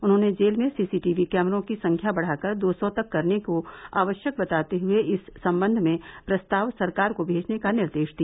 उन्होंने जेल में सीसीटीवी कैमरों की संख्या बढाकर दो सौ तक करने को आवश्यक बताते हुए इस संबंध में प्रस्ताव सरकार को भेजने का निर्देश दिया